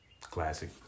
Classic